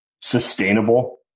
sustainable